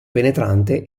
penetrante